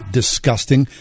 disgusting